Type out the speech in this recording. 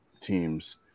teams